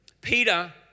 Peter